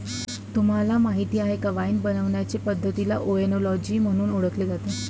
तुम्हाला माहीत आहे का वाइन बनवण्याचे पद्धतीला ओएनोलॉजी म्हणून ओळखले जाते